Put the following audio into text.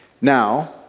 Now